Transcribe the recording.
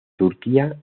turquía